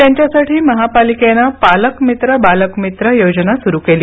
त्यांच्यासाठी महापालिकेनं पालक मित्र बालक मित्र योजना सुरू केली